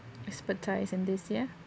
expertise and this yeah